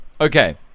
Okay